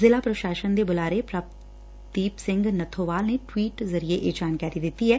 ਜ਼ਿਲੂਾ ਪ੍ਰਸ਼ਾਸਨ ਦੇ ਬੁਲਾਰੇ ਪ੍ਰਭਦੀਪ ਸਿੰਘ ਨੱਬੋਵਾਲ ਨੇ ਟਵੀਟ ਜ਼ਰੀਏ ਇਹ ਜਾਣਕਾਰੀ ਦਿੱਡੀ ਐ